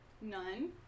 None